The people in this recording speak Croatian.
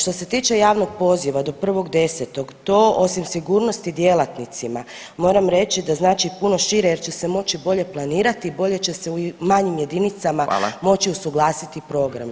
Što se tiče javnog poziva do 1.10. to osim sigurnosti djelatnicima moram reći da znači puno šire, jer će se moći bolje planirati, bolje će se u manjim jedinicama moći usuglasiti programi.